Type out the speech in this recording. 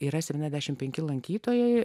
yra septyniasdešimt penki lankytojai